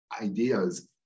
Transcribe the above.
ideas